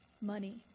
Money